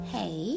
Hey